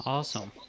Awesome